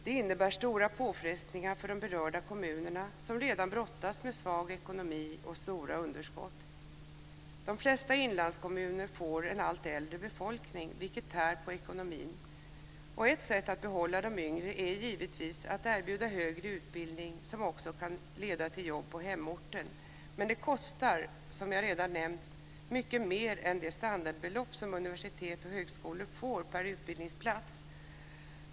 Detta innebär stora påfrestningar för de berörda kommunerna, som redan brottas med svag ekonomi och stora underskott. De flesta inlandskommuner får en allt äldre befolkning, vilket tär på ekonomin. Ett sätt att behålla de yngre är givetvis att erbjuda högre utbildning som också kan leda till jobb på hemorten. Men det kostar, som jag redan nämnt, mycket mer än det standardbelopp som universitet och högskolor får per utbildningsplats.